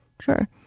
sure